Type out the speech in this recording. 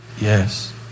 yes